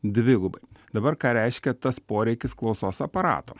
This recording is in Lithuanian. dvigubai dabar ką reiškia tas poreikis klausos aparato